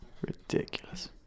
Ridiculous